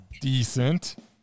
decent